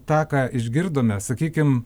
tą ką išgirdome sakykim